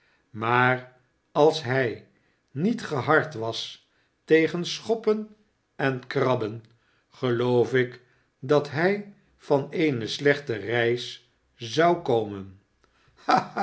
maar als hij niet gehard was tegen schoppenen krabben geloof ik dat hij van eene slechte reis zou komen